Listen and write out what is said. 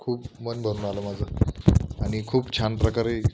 खूप मन भरून आलं माझं आणि खूप छान प्रकारे